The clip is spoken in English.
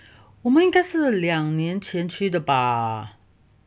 我们应该是两年前去的吧